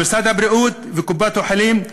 על משרד הבריאות וקופות-החולים,